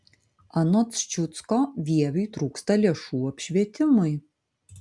anot ščiucko vieviui trūksta lėšų apšvietimui